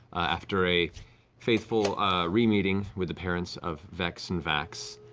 after a fateful re-meeting with the parents of vex and vax,